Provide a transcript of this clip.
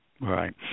Right